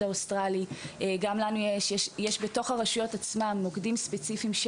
האוסטרלי ברשויות עצמן יש מוקדים ספציפיים.